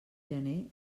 gener